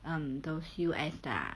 um those U_S 的